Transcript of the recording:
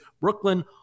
Brooklyn